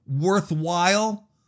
worthwhile